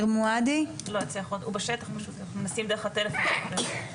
הוא מנסה דרך הטלפון להתחבר לזום.